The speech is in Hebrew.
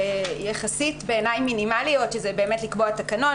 יחסית בעיני מינימליות שזה לקבוע תקנון,